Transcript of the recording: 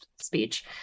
speech